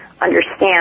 understand